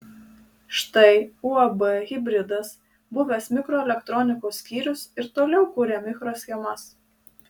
štai uab hibridas buvęs mikroelektronikos skyrius ir toliau kuria mikroschemas